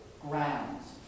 grounds